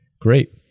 great